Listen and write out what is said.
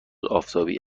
آفتابی